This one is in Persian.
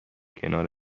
کنار